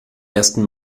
ersten